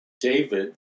David